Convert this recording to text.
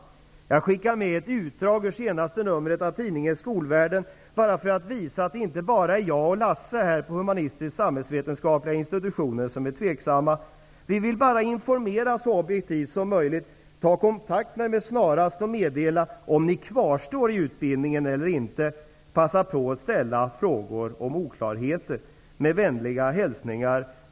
Jag skickar med ett utdrag ur senaste numret av tidningen Skolvärlden bara för att visa att det inte bara är jag och Lasse här på humanistisk-samhällsvetenskapliga institutionen som är tveksamma. Vi vill bara informera så objektivt som möjligt. Ta kontakt med mig snarast och meddela om ni kvarstår i utbildningen eller inte. Passa på att ställa frågor om oklarheter. Med vänliga hälsningar.